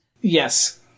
Yes